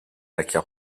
acquiert